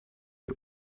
wir